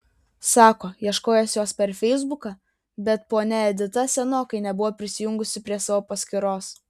sako ieškojęs jos per feisbuką bet ponia edita senokai nebuvo prisijungusi prie savo paskyros